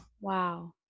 Wow